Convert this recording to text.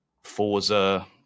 Forza